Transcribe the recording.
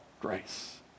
Grace